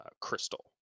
crystal